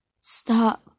stop